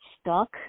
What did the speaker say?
stuck